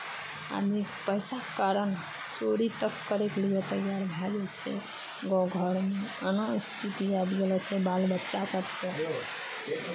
आदमी पैसाके कारण चोरी तक करयके लिए तैयार भए जाइ छै गाँव घरमे एना स्थिति आबि गेलो छै बाल बच्चा सभकेँ